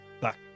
Back